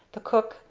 the cook,